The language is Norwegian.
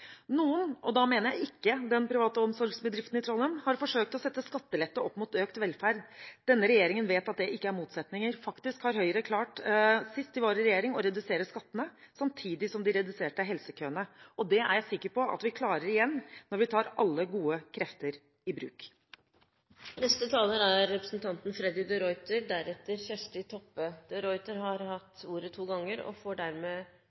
Noen, og da mener jeg ikke den private omsorgsbedriften i Trondheim, har forsøkt å sette skattelette opp mot økt velferd. Denne regjeringen vet at det ikke er motsetninger – faktisk har Høyre klart, sist de var i regjering, å redusere skattene samtidig som de reduserte helsekøene. Det er jeg sikker på at vi klarer igjen, når vi tar alle gode krefter i bruk. Representanten Freddy de Ruiter har hatt ordet to ganger og får